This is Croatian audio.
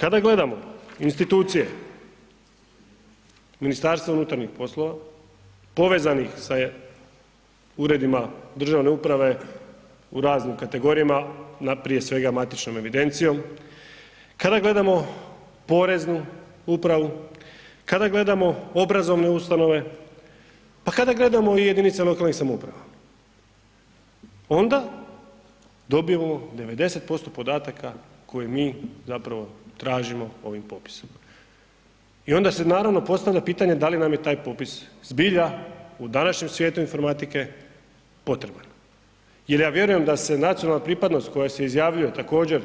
Kada gledamo institucije MUP-a povezanih sa uredima državne uprave u raznim kategorijama na, prije svega matičnom evidencijom, kada gledamo poreznu upravu, kada gledamo obrazovne ustanove, pa kada gledamo i jedinice lokalnih samouprava onda dobijemo 90% podataka koje mi zapravo tražimo ovim popisom i onda se naravno postavlja pitanje da li nam je taj popis zbilja u današnjem svijetu informatike potreban jer ja vjerujem da se nacionalna pripadnost koja se izjavljuje također